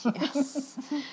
Yes